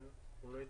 לא.